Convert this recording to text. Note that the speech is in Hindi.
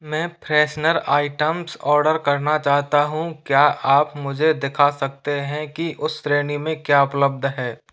मैं फ्रेशनर आइटम्स ऑर्डर करना चाहता हूँ क्या आप मुझे दिखा सकते हैं कि उस श्रेणी में क्या उपलब्ध है